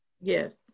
Yes